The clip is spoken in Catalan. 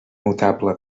notable